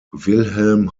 wilhelm